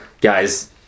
guys